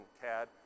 CAD